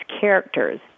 characters